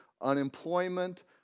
unemployment